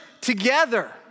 together